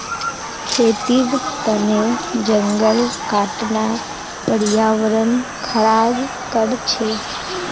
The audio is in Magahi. खेतीर तने जंगल काटना पर्यावरण ख़राब कर छे